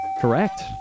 Correct